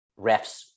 refs